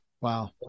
Wow